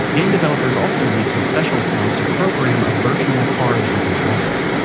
game developers also need some special sounds to program a virtual car that you can drive